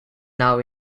now